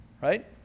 Right